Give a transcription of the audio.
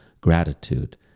gratitude